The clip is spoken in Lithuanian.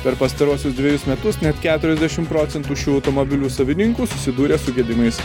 per pastaruosius dvejus metus net keturiasdešimt procentų šių automobilių savininkų susidūrė su gedimais